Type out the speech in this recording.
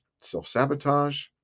self-sabotage